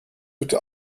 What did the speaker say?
bitte